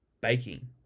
baking